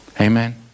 Amen